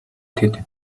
тэд